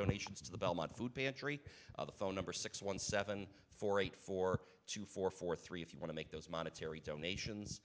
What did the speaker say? donations to the belmont food pantry phone number six one seven four eight four two four four three if you want to make those monetary donations